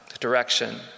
direction